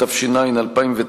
התש"ע 2009,